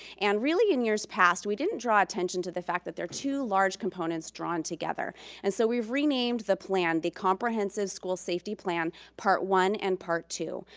and really, in years past, we didn't draw attention to the fact that there are two large components drawn together and so we've renamed the plan. the comprehensive school safety plan part one and part two.